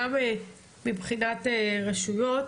לגבי הרשויות